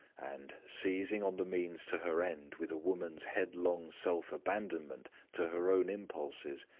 and, seizing on the means to her end with a woman's headlong self-abandonment to her own impulses,